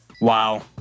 Wow